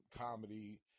comedy